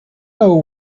know